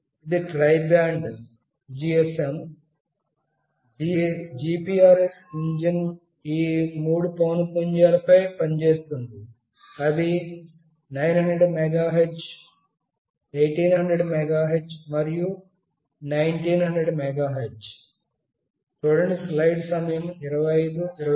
ఇది tri band GSM GPRS engine ఈ మూడు పౌనపున్యాలపై పనిచేస్తుంది అవి 900 మెగాహెర్ట్జ్ 1800 మెగాహెర్ట్జ్ మరియు 1900 మెగాహెర్ట్జ్